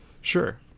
Sure